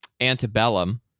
Antebellum